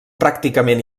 pràcticament